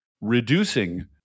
reducing